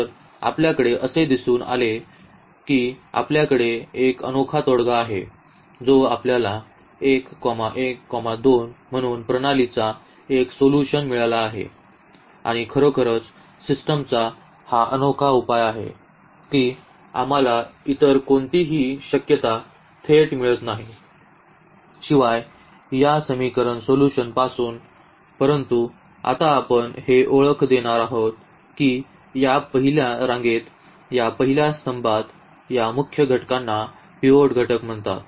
तर आपल्याकडे असे दिसून आले आहे की आपल्याकडे एक अनोखा तोडगा आहे जो आपल्याला 1 1 2 म्हणून प्रणालीचा एक सोल्यूशन मिळाला आहे आणि खरोखरच सिस्टमचा हा अनोखा उपाय आहे की आम्हाला इतर कोणतीही शक्यता थेट मिळत नाही शिवाय या समीकरण सोल्यूशन पासून परंतु आता आपण हे ओळख देणार आहोत की या पहिल्या रांगेत या पहिल्या स्तंभात या मुख्य घटकांना पिव्होट घटक म्हणतात